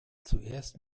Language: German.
zuerst